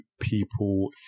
people